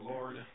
Lord